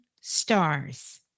stars